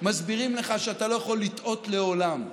שמסבירים לך שאתה לא יכול לטעות לעולם.